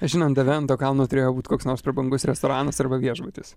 žinant tave ant to kalno turėjo būt koks nors prabangus restoranas arba viešbutis